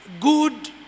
Good